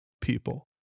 people